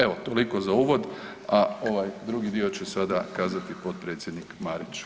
Evo toliko za uvod, a ovaj drugi će sada kazati potpredsjednik Marić.